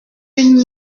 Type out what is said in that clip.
une